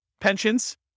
pensions